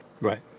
Right